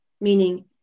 meaning